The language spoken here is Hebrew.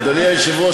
אדוני היושב-ראש,